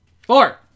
Four